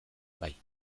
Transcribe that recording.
bai